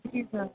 جی سر